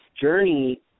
journey